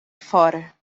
fora